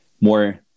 more